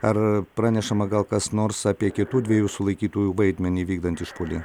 ar pranešama gal kas nors apie kitų dviejų sulaikytųjų vaidmenį vykdant išpuolį